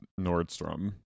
nordstrom